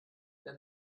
der